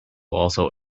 also